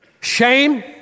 shame